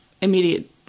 immediate